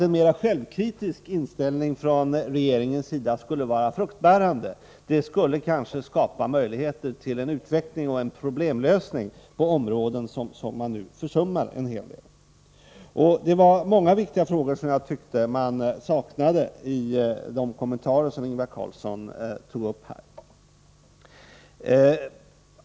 En mera självkritisk inställning från regeringen skulle vara fruktbärande och skulle kanske skapa möjligheter till utveckling och problemlösning på områden som man nu försummar en hel del. Jag saknade många viktiga frågor i de kommentarer som Ingvar Carlsson gjorde här.